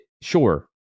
sure